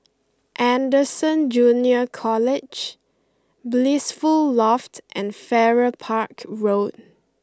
Anderson Junior College Blissful Loft and Farrer Park Road